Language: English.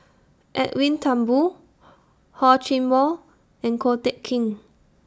Edwin Thumboo Hor Chim Or and Ko Teck Kin